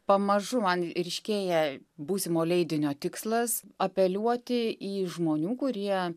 pamažu man ryškėja būsimo leidinio tikslas apeliuoti į žmonių kurie